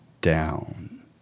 down